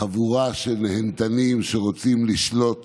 חבורה של נהנתנים שרוצים לשלוט